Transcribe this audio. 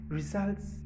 results